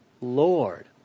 Lord